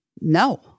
no